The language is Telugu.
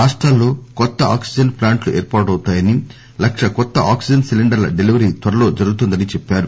రాష్టాల్లో కొత్త ఆక్సిజన్ ప్లాంట్లు ఏర్పాటవుతాయని లక్ష కొత్త ఆక్సిజన్ సిలిండర్ల డెలివరీ త్వరలో జరుగుతుందని చెప్పారు